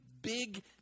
big